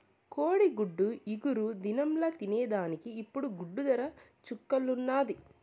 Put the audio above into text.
కోడిగుడ్డు ఇగురు దినంల తినేదానికి ఇప్పుడు గుడ్డు దర చుక్కల్లున్నాది